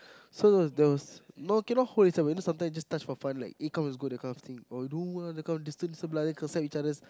so those no cannot hold is like when you know sometimes you just touch for fun like eh comes let's go that kind of thing or do you want you know that kind of distance whereby you just close up each other's